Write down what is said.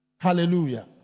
Hallelujah